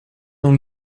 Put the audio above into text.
dans